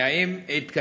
1. האם התקיימה,